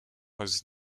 was